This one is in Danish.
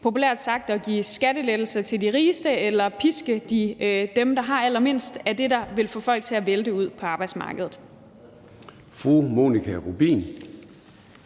populært sagt – at give skattelettelser til de rigeste eller piske dem, der har allermindst, er det, der vil få folk til at vælte ud på arbejdsmarkedet.